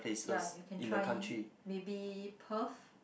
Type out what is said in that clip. ya you can try maybe Perth